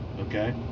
Okay